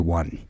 one